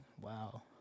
wow